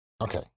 Okay